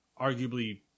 arguably